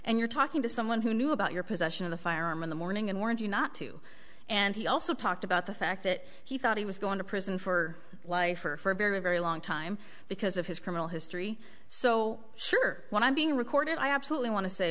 and you're talking to someone who knew about your possession of the firearm in the morning and warned you not to and he also talked about the fact that he thought he was going to prison for life or for a very very long time because of his criminal history so sure when i'm being recorded i absolutely want to say